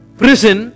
prison